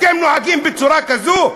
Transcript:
אתם נוהגים בצורה כזאת?